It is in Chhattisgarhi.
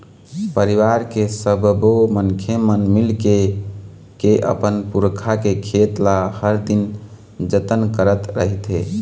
परिवार के सब्बो मनखे मन मिलके के अपन पुरखा के खेत ल हर दिन जतन करत रहिथे